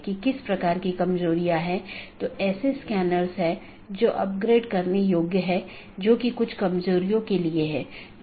और यह बैकबोन क्षेत्र या बैकबोन राउटर इन संपूर्ण ऑटॉनमस सिस्टमों के बारे में जानकारी इकट्ठा करता है